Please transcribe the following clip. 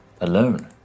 alone